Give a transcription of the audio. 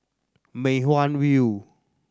Mei Hwan View